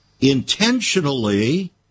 intentionally